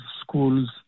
schools